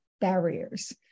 barriers